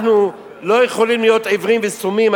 אנחנו לא יכולים להיות עיוורים וסומים,